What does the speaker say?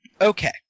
Okay